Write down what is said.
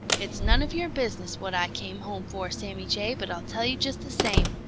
it's none of your business what i came home for, sammy jay, but i'll tell you just the same.